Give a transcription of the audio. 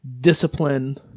discipline